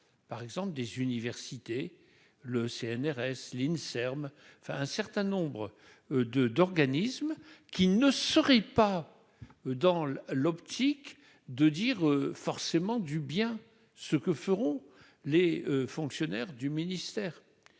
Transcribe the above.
par exemple, des universités, le CNRS, l'INSERM, enfin un certain nombre de d'organismes qui ne serait pas dans l'optique de dire forcément du bien ce que feront les fonctionnaires du ministère,